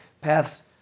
paths